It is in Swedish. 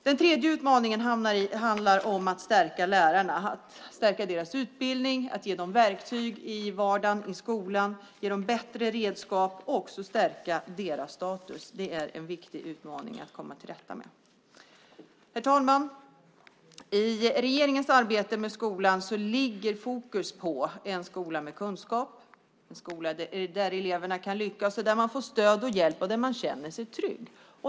Den tredje utmaningen handlar om att stärka lärarna, stärka deras utbildning, ge dem verktyg i vardagen i skolan, ge dem bättre redskap och stärka deras status. Det är en viktig utmaning. Herr talman! I regeringens arbete med skolan ligger fokus på en skola med kunskap, en skola där eleverna kan lyckas, får stöd och hjälp och känner sig trygga.